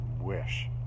wish